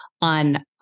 on